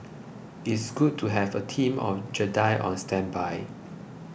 it's good to have a team of Jedi on standby